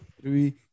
three